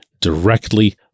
directly